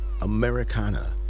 Americana